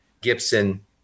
Gibson